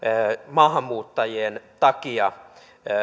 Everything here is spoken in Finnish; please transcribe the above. maahanmuuttajien takia